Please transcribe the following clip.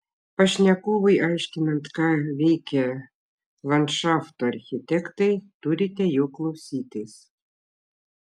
pašnekovui aiškinant ką veikia landšafto architektai turite jo klausytis